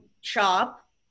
shop